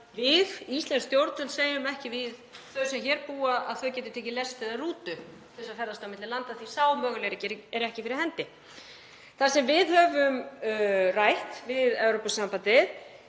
við, íslensk stjórnvöld, segjum ekki við þau sem hér búa að þau geti tekið lest eða rútu til að ferðast á milli landa því sá möguleiki er ekki fyrir hendi. Það sem við höfum rætt við Evrópusambandið